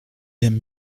aime